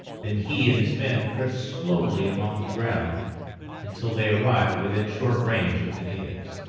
then he and his men crept slowly along the ground until they arrived within short range of the natives.